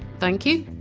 thank you?